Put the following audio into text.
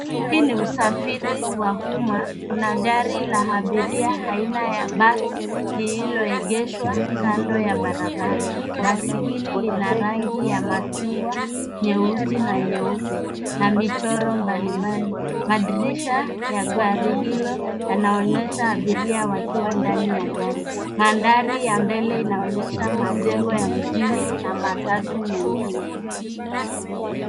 Hii ni usafiri wa umma, kuna gari la abiria aina ya basi lililoegeshwa kando ya barabara. Basi hili lina rangi ya machungwa, nyeusi na nyeupe na michoro mbalimbali. Madirisha ya gari hilo yanaonyesha abiria wakiwa ndani ya gari. Mandhari ya mbele inaonyesha majengo ya mjini na matatu mengine.